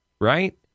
Right